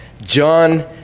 John